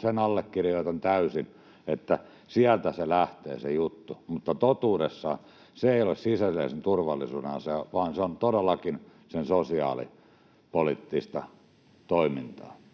Sen allekirjoitan täysin, että sieltä lähtee se juttu, mutta totuudessaan se ei ole sisäisen turvallisuuden asia, vaan se on todellakin sitä sosiaalipoliittista toimintaa.